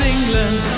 England